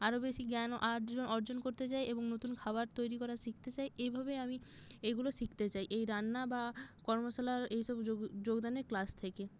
আরো বেশি জ্ঞান অর্জন করতে চাই এবং নতুন খাবার তৈরি করা শিখতে চাই এইভাবে আমি এগুলো শিখতে চাই এই রান্না বা কর্মশালার এইসব যোগদানের ক্লাস থেকে